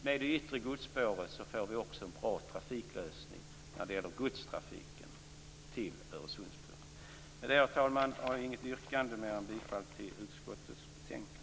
Med det yttre godsspåret får vi också en bra trafiklösning när det gäller godstrafiken till Öresundsbron. Herr talman! Jag har inget annat yrkande än bifall till utskottets betänkande.